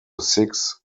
six